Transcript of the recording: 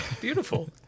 Beautiful